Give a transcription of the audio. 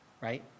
Right